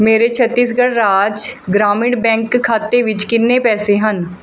ਮੇਰੇ ਛੱਤੀਸਗੜ੍ਹ ਰਾਜ ਗ੍ਰਾਮੀਣ ਬੈਂਕ ਖਾਤੇ ਵਿੱਚ ਕਿੰਨੇ ਪੈਸੇ ਹਨ